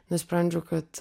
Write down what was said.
nusprendžiau kad